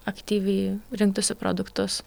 aktyviai rinktųsi produktus